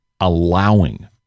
allowing